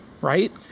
right